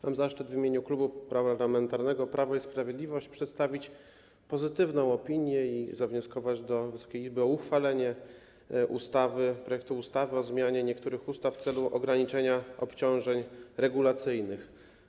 Mam zaszczyt w imieniu Klubu Parlamentarnego Prawo i Sprawiedliwość przedstawić pozytywną opinię i zawnioskować do Wysokiej Izby o uchwalenie projektu ustawy o zmianie niektórych ustaw w celu ograniczenia obciążeń regulacyjnych.